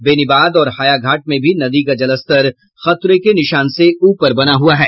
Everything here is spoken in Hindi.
बेनीबाद और हायाघाट में भी नदी का जलस्तर खतरे के निशान से ऊपर बना हुआ है